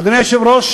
אדוני היושב-ראש,